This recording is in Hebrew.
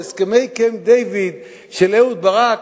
בהסכמי קמפ-דייוויד של אהוד ברק,